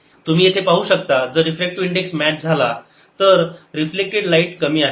तुम्ही येथे पाहू शकता जर रिफ्रॅक्टिवे इंडेक्स मॅच झाला तर रिफ्लेक्टेड लाईट कमी आहे